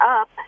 up